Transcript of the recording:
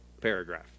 paragraph